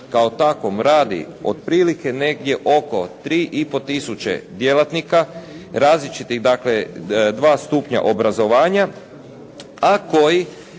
kao takvom radi otprilike negdje oko 3,5 tisuće djelatnika, različitih, dakle, dva stupnja obrazovanja a koji